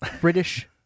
British